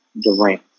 Durant